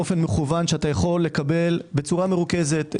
באופן מקוון שאתה יכול לקבל בצורה מרוכזת.